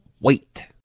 wait